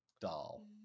doll